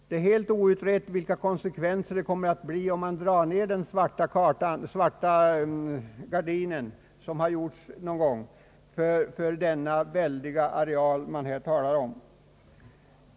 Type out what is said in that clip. Det är helt outrett vilka konsekvenserna kommer att bli om man drar ned den svarta gardinen för den väldiga areal som man här talar om.